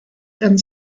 and